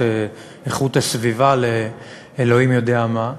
את איכות הסביבה לאלוהים יודע מה.